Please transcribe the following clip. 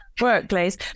workplace